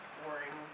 boring